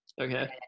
Okay